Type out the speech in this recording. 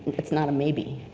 it's not a maybe,